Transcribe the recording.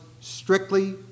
strictly